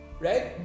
Right